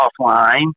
offline